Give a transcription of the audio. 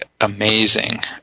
amazing